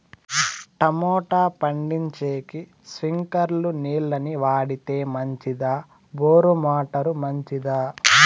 Tomato పండించేకి స్ప్రింక్లర్లు నీళ్ళ ని వాడితే మంచిదా బోరు మోటారు మంచిదా?